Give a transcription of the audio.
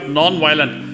non-violent